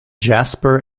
jasper